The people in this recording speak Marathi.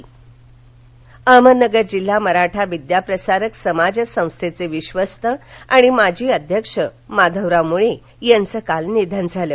निधन अहमदनगर अहमदनगर जिल्हा मराठा विद्या प्रसारक समाज संस्थेचे विश्वस्त आणि माजी अध्यक्ष माधवराव मुळे यांचं काल निधन झालं